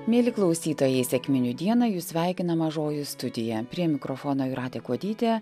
mieli klausytojai sekminių dieną jus sveikina mažoji studija prie mikrofono jūratė kuodytė